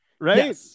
Right